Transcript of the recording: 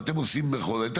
ואתם עושים בכל זאת,